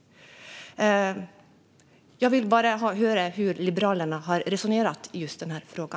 Jag vill höra hur Liberalerna har resonerat i denna fråga.